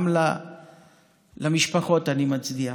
גם למשפחות אני מצדיע,